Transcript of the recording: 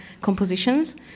compositions